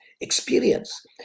experience